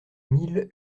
mille